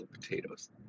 potatoes